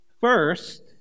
first